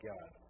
God